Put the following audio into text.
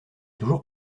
toujours